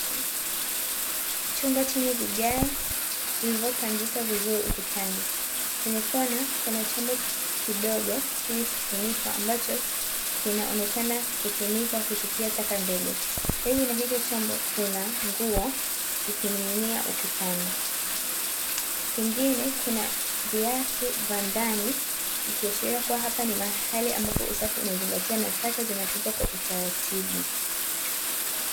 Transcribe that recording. Chumba chenye vigae vilivyopangika vizuri ukutani, kwenye kona kuna chombo kidogo chenye kifuniko ambacho kinaonekana kutumika kutupia taka ndogo, karibu na hicho chombo kuna nguo zikining'inia ukutani kingine kuna viatu vya ndani, ikiashiria kuwa hapa mahari ambapo usafi umezingatiwa na taka zinatupwa kwa utaratibu